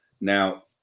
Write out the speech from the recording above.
Now